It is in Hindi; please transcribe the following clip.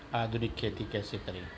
आधुनिक खेती कैसे करें?